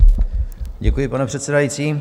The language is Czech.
Děkuji, pane předsedající.